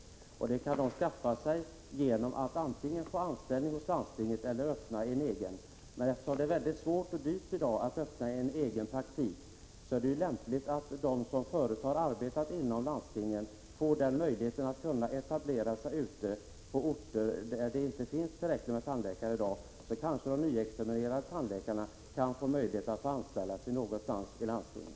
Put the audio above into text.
De kan skaffa sig arbete genom att antingen få anställning hos landstinget eller öppna en egen praktik. Men eftersom det är väldigt svårt och dyrt i dag att öppna en egen praktik, är det lämpligt att de som förut har arbetat inom landstinget får möjlighet att etablera sig på orter där det inte finns tillräckligt med tandläkare i dag. Då kanske de nyutexaminerade tandläkarna kan få möjlighet till anställning i landstinget.